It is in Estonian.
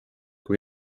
kui